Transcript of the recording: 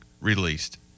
released